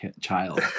child